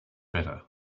better